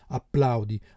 applaudi